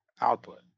Output